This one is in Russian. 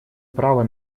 права